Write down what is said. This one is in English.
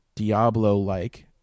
Diablo-like